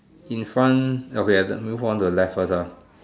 in front okay have to move on to the left first ah